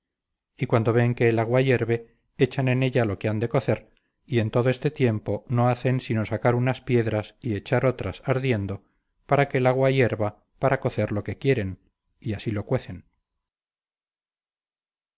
y cuando ven que el agua hierve echan en ella lo que han de cocer y en todo este tiempo no hacen sino sacar unas piedras y echar otras ardiendo para que el agua hierva para cocer lo que quieren y así lo cuecen